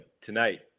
tonight